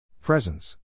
Presence